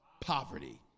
Poverty